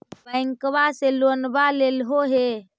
बैंकवा से लोनवा लेलहो हे?